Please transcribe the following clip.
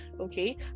okay